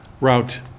Route